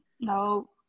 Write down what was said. No